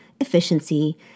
efficiency